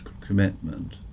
commitment